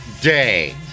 Day